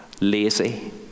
lazy